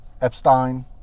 Epstein